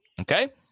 Okay